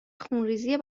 خونریزی